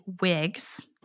wigs